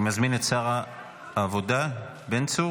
אני מזמין את שר העבודה בן צור